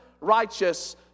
righteous